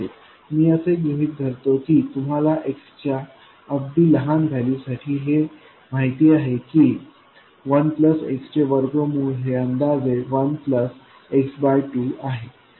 मी असे गृहीत धरतो की तुम्हाला x च्या अगदी लहान वैल्यू साठी हे माहिती आहे की 1 प्लस x चे वर्गमूळ हे अंदाजे 1 प्लस x2 आहे